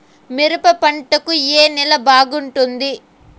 మిరప పంట కు ఏ నేల బాగుంటుంది?